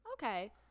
Okay